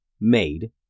made